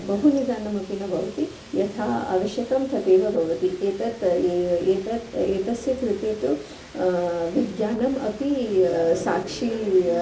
बहु निदानमपि न भवति यथा आवश्यकं तथैव भवति एतत् एतत् एतस्य कृते तु विज्ञानम् अपि साक्षी